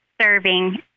serving